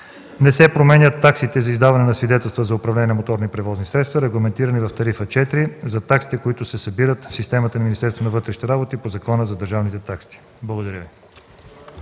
Не се променят таксите за издаване на свидетелства за управление на моторни превозни средства, регламентирани в Тарифа № 4 за таксите, които се събират в системата на Министерството на вътрешните работи по Закона за държавните такси. Направихме